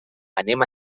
anem